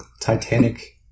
Titanic